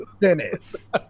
Dennis